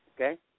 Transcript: Okay